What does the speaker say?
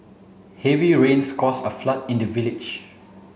heavy rains caused a flood in the village